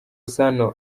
sano